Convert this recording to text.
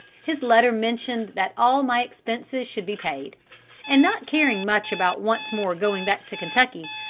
his letter mentioned that all my expenses should be paid and not caring much about once more going back to kentucky,